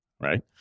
right